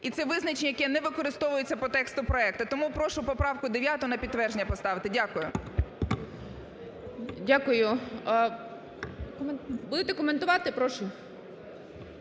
І це визначення, яке не використовується по тексту проекту. Тому прошу поправку 9 на підтвердження поставити. Дякую. Веде засідання заступник Голови